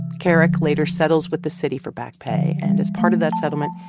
kerrick later settles with the city for back pay, and as part of that settlement,